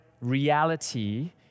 reality